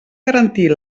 garantir